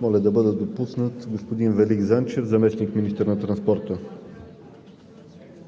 моля да бъде допуснат господин Велик Занчев – заместник-министър на транспорта.